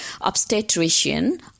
obstetrician